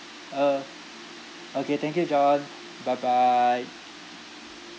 uh okay thank you john bye bye